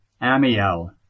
Amiel